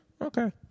okay